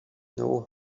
know